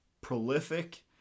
prolific